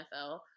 NFL